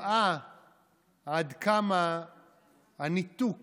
שהראה עד כמה הניתוק